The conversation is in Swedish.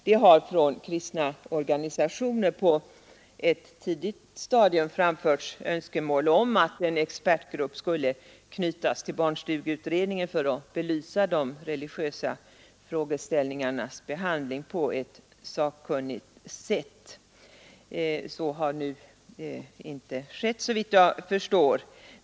Det har från kristna organisationer på ett tidigt stadium framförts önskemål om att en expertgrupp skulle knytas till barnstugeutredningen för att belysa de religiösa frågeställningarnas behandling på ett sakkunnigt sätt. Så har inte skett såvitt jag förstår.